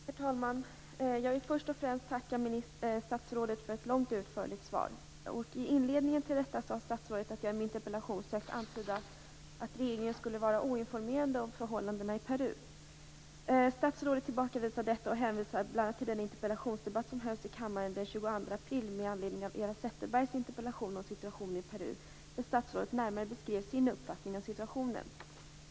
Herr talman! Jag vill först och främst tacka statsrådet för ett långt och utförligt svar. I inledningen till detta sade statsrådet att jag i min interpellation sökt antyda att regeringen skulle vara oinformerad om förhållandena i Peru. Statsrådet tillbakavisar detta och hänvisar bl.a. till den interpellationsdebatt som hölls i kammaren den 22 april med anledning av Eva Zetterbergs interpellation om situationen i Peru, där statsrådet närmare beskrev sin uppfattning av situationen.